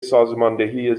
سازماندهی